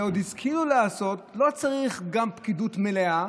ועוד השכילו לעשות: גם לא צריך פקידות מלאה,